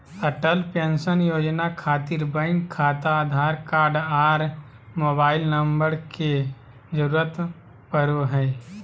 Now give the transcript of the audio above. Atal pension योजना खातिर bank खाता आधार कार्ड आर मोबाइल नम्बर के जरूरत परो हय